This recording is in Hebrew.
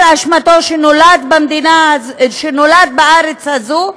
כל אשמתו שנולד בארץ הזאת?